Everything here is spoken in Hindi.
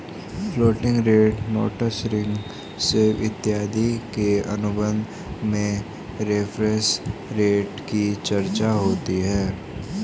floating rate notes ring swap इत्यादि के अनुबंध में रेफरेंस रेट की चर्चा होती है